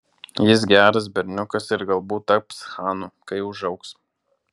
jis geras berniukas ir galbūt taps chanu kai užaugs